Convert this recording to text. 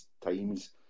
times